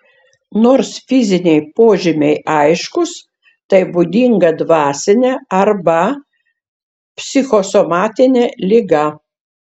nors fiziniai požymiai aiškūs tai būdinga dvasinė arba psichosomatinė liga